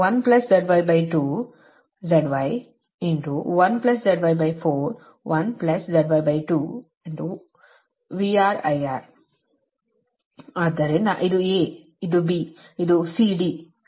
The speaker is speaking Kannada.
VS IS 1ZY2 Z Y 1ZY4 1ZY2 VR IR